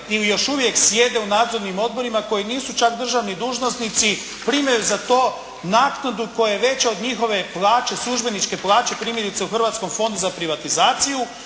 ili još uvijek sjede u nadzornim odborima koji nisu čak državni dužnosnici, primaju za to naknadu koja je veća od njihove plaće, službeničke plaće primjerice u Hrvatskom fondu za privatizaciju